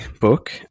book